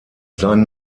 sein